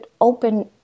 open